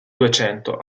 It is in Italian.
duecento